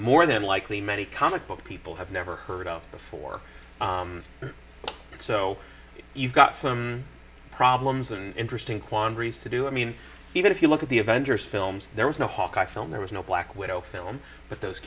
more than likely many comic book people have never heard of before so you've got some problems that are interesting quandaries to do i mean even if you look at the avengers films there was no hawkeye film there was no black widow film but those